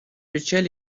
ریچل